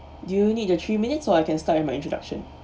do you need the three minutes so I can start with my introduction